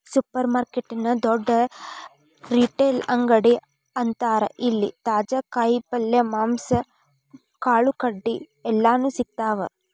supermarket ನ ದೊಡ್ಡ retail ಅಂಗಡಿ ಅಂತಾರ ಇಲ್ಲಿ ತಾಜಾ ಕಾಯಿ ಪಲ್ಯ, ಮಾಂಸ, ಕಾಳುಕಡಿ ಎಲ್ಲಾನೂ ಸಿಗ್ತಾವ